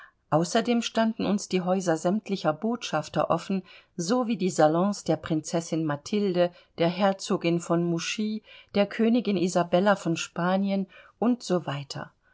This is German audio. außerdem standen uns die häuser sämtlicher botschafter offen so wie die salons der prinzessin mathilde der herzogin von mouchy der königin isabella von spanien und so weiter